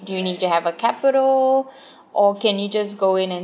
do you need to have a capital or can you just go in and